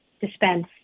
dispense